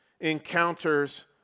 encounters